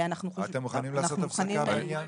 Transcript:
אתם מוכנים לעשות הפסקה בעניין?